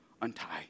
untie